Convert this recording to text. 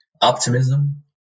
optimism